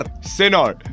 Senor